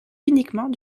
uniquement